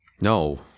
No